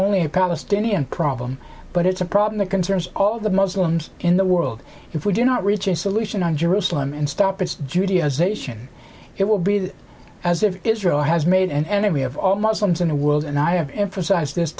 only a palestinian problem but it's a problem that concerns all the muslims in the world if we do not reach a solution on jerusalem and stop its judaization it will be as if israel has made and we have all muslims in the world and i have emphasized this